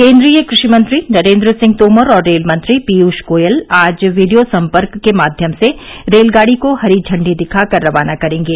केन्द्रीय कृषि मंत्री नरेन्द्र सिंह तोमर और रेल मंत्री पीयूष गोयल आज वीडियो सम्पर्क के माध्यम से रेलगाड़ी को हरी झंडी दिखाकर रवाना करेंगे